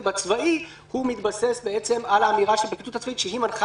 ובצבאי הוא מתבסס על האמירה של הפרקליטות הצבאית שמנחה